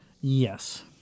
Yes